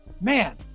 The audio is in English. man